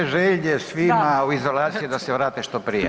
I želje svima u izolaciji da se vrate što prije.